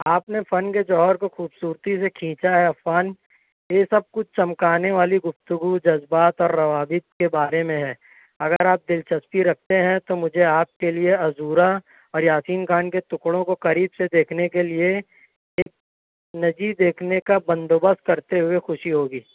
آپ نے فن کے جوہر کو خوبصورتی سے کھینچا ہے عفان یہ سب کچھ چمکانے والی گفتگو جذبات اور روابط کے بارے میں ہے اگر آپ دلچسپی رکھتے ہیں تو مجھے آپ کے لئے عذورا اور یاسین خان کے ٹکڑوں کو قریب سے دیکھنے کے لئے نجی دیکھنے کا بند و بست کرتے ہوئے خوشی ہوگی